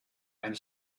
and